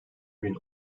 bin